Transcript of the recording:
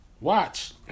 Watch